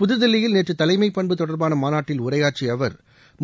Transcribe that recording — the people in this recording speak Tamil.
புதுதில்லியில் நேற்று தலைமைப்பண்பு தொடர்பான மாநாட்டில் உரையாற்றிய அவர்